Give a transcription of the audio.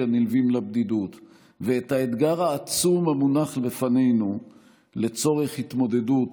הנלווים לבדידות ואת האתגר העצום המונח לפנינו לצורך התמודדות